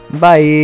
Bye